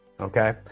Okay